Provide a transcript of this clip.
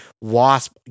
Wasp